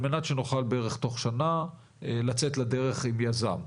על מנת שנוכל בערך תוך שנה לצאת לדרך עם יזם.